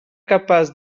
capaç